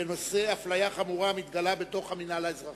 בנושא: אפליה חמורה המתגלה בדוח המינהל האזרחי.